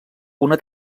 una